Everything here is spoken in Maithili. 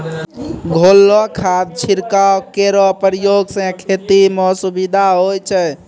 घोललो खाद छिड़काव केरो प्रयोग सें खेती म सुविधा होय छै